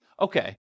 okay